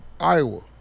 Iowa